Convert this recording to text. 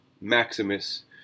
Maximus